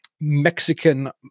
Mexican